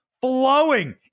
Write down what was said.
flowing